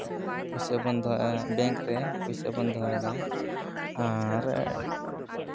ᱯᱚᱭᱥᱟ ᱵᱚᱱ ᱫᱚᱦᱚᱭᱟ ᱵᱮᱝᱠ ᱨᱮ ᱯᱚᱭᱥᱟ ᱵᱚᱱ ᱫᱚᱦᱚᱭᱫᱟ ᱟᱨ